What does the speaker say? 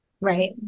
right